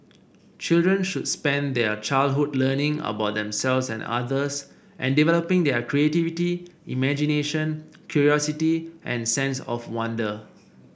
children should spend their childhood learning about themselves and others and developing their creativity imagination curiosity and sense of wonder